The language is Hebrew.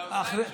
אדוני,